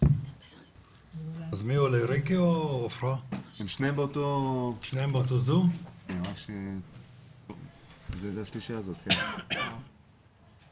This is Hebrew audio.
ממשרד